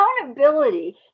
Accountability